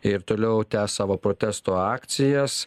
ir toliau tęs savo protesto akcijas